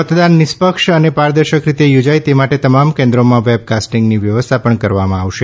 મતદાન નિષ્પક્ષ અને પાદર્શક રીતે યોજાય તે માટે તમામ કેન્દ્રોમાં વેબકાસ્ટિંગની વ્યવસ્થા પણ કરવામાં આવશે